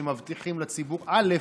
שמבטיחים לציבור א'